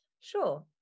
sure